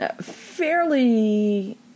fairly